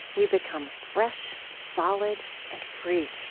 we become fresh, solid, and free.